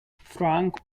frank